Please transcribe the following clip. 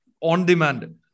on-demand